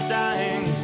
dying